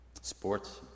sports